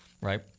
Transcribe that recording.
right